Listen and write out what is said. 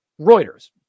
Reuters